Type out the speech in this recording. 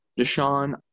Deshaun